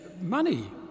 money